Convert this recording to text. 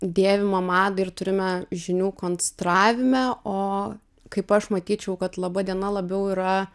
dėvimą madą ir turime žinių konstravime o kaip aš matyčiau kad labadiena labiau yra